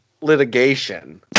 Litigation